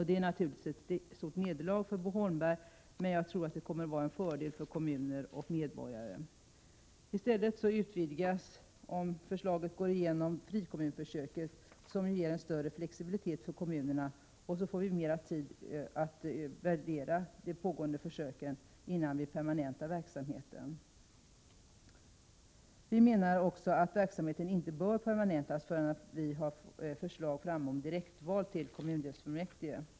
Det är naturligtvis ett stort nederlag för Bo Holmberg, men jag tror att det kommer att vara till fördel för kommuner och medborgare. I stället utvidgas, om förslaget går igenom, frikommunförsöket, som ger en större flexibilitet för kommunerna, och vi får mer tid att utvärdera de pågående försöken innan en permanentning av verksamheten sker. Vi menar också att verksamheten inte bör permanentas förrän vi har fått förslag om direktval till kommundelsfullmäktige.